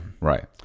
Right